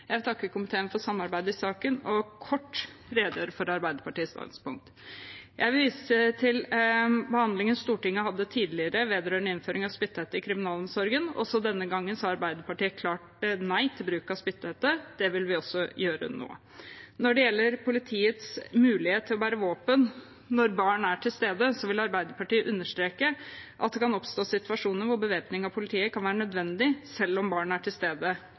Jeg takker komiteen for samarbeidet i saken og vil nå kort redegjøre for Arbeiderpartiets standpunkt. Jeg viser til behandlingen Stortinget hadde tidligere vedrørende innføring av spytthette i kriminalomsorgen. Den gangen sa Arbeiderpartiet klart nei til bruk av spytthette. Det vil vi også gjøre nå. Når det gjelder politiets mulighet til å bære våpen når barn er til stede, vil Arbeiderpartiet understreke at det kan oppstå situasjoner der bevæpning av politiet kan være nødvendig selv om barn er til stede,